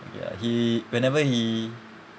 ya he whenever he